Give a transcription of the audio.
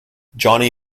johnny